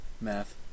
math